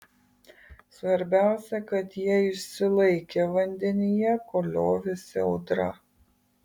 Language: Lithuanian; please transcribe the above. svarbiausia kad jie išsilaikė vandenyje kol liovėsi audra